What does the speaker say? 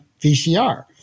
VCR